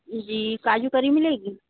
जी kaju curry मिलेगी